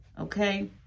okay